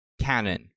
canon